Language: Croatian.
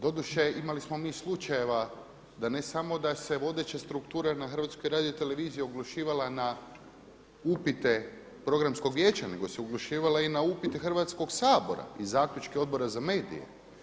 Doduše imali smo mi slučajeva da ne samo da se vodeća struktura HRT-a oglušivala na upite Programskog vijeća nego se oglušivala i na upite Hrvatskog sabora i zaključke Odbora za medije.